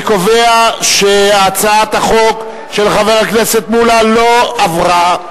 אני קובע שהצעת החוק של חבר הכנסת מולה לא עברה.